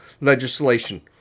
legislation